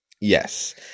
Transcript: Yes